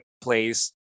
place